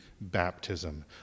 baptism